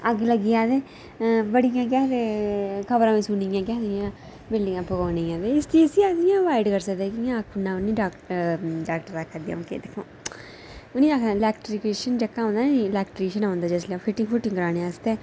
अग्ग लगी जा तां बड़ियां केह् आखदे खबरां सुनी दियां केह् आखदे न बिल्डिगां फकोनियां इस चीज अस अवाइड करी सकने आं इ'नें ई आखदे इलैक्ट्रिशन जेह्का होंदा निं फिटिंग फुटिंग कराने आस्तै